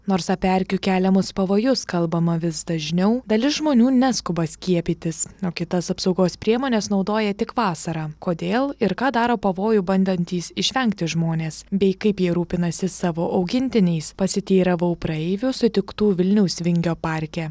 nors apie erkių keliamus pavojus kalbama vis dažniau dalis žmonių neskuba skiepytis o kitas apsaugos priemones naudoja tik vasarą kodėl ir ką daro pavojų bandantys išvengti žmonės bei kaip jie rūpinasi savo augintiniais pasiteiravau praeivių sutiktų vilniaus vingio parke